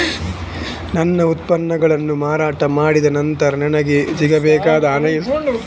ನನ್ನ ಉತ್ಪನ್ನಗಳನ್ನು ಮಾರಾಟ ಮಾಡಿದ ಮೇಲೆ ನನಗೆ ಸಿಗಬೇಕಾದ ಹಣ ಹೇಗೆ ಸಿಗುತ್ತದೆ?